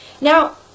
Now